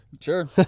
Sure